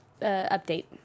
update